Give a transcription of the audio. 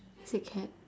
is it cat